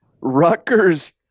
Rutgers